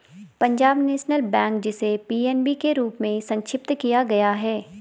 Punjab National Bank, जिसे PNB के रूप में संक्षिप्त किया गया है